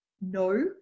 No